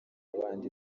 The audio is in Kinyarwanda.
n’abandi